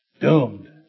doomed